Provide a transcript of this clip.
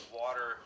water